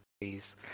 Please